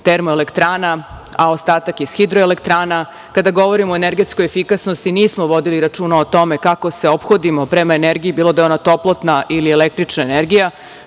termoelektrana, a ostatak iz hidroelektrana. Kada govorimo o energetskoj efikasnosti nismo vodili računa o tome kako se ophodimo prema energiji bilo da je ona toplotna ili energična energija. Kada